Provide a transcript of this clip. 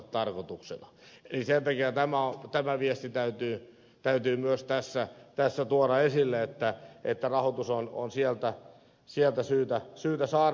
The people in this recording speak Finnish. eli sen takia tämä viesti täytyy myös tässä tuoda esille että rahoitus on sieltä syytä saada